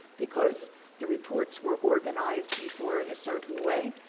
because the reports were organized before in a certain way.